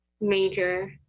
major